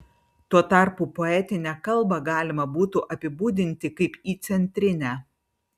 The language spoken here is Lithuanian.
tuo tarpu poetinę kalbą galima būtų apibūdinti kaip įcentrinę